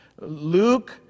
Luke